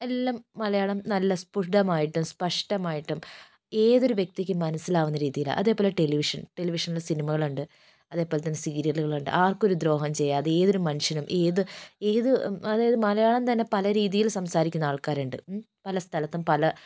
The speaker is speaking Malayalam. എല്ലാം മലയാളം നല്ല സ്പുഷ്ടമായിട്ടും സ്പഷ്ടമായിട്ടും ഏതൊരു വ്യക്തിക്കും മനസ്സിലാകുന്ന രീതിയിൽ അതേപോലെ ടെലിവിഷനിൽ ടെലിവിഷനിൽ സിനിമകളുണ്ട് അതേപോലെതന്നെ സീരിയലുകൾ ഉണ്ട് ആർക്കും ഒരു ദ്രോഹവും ചെയ്യാതെ ഏതൊരു മനുഷ്യനും ഏത് ഏത് അതായത് മലയാളം തന്നെ പല രീതിയിൽ സംസാരിക്കുന്ന ആൾക്കാരുണ്ട് മ്മ് പല സ്ഥലത്തും പല